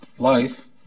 life